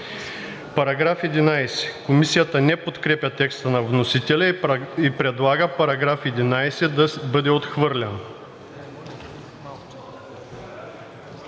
заличават.“ Комисията не подкрепя текста на вносителя и предлага § 11 да бъде отхвърлен.